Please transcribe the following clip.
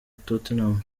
tottenham